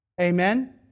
Amen